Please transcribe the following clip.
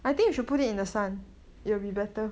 I think you should put it in the sun you will be better